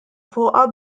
fuqha